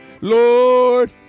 Lord